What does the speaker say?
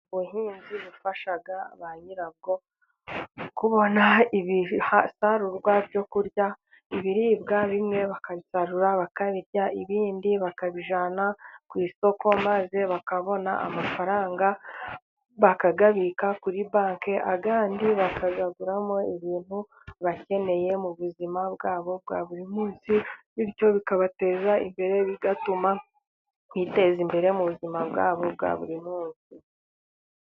Ubu buhinzi bufasha ba nyirabwo kubona ibisarurwa byo kurya, ibiribwa bimwe bakabisarura bakabirya ibindi bakabijyana ku isoko maze bakabona amafaranga bakayabika kuri banki ayandi bakayaguramo ibintu bakeneye mu buzima bwabo bwa buri munsi bityo bikabateza imbere bigatuma biteza imbere mu buzima bwabo bwa buri munsi.